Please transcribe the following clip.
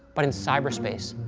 but in cyberspace.